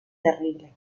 terrible